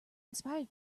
inspired